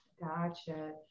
Gotcha